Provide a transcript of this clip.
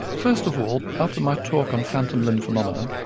first of all, after my talk on phantom limb phenomena,